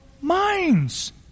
minds